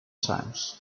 times